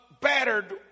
battered